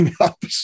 up